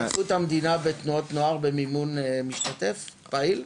השתתפות המדינה בתנועות נוער במימון משתתף פעיל?